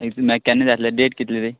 तूं मागीर केन्ना जाय आसलें डेट कितली ती